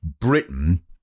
britain